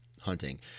hunting